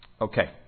Okay